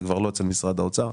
זה כבר לא אצל משרד האוצר.